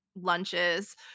lunches